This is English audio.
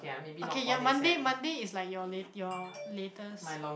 okay ya Monday Monday is like your late your latest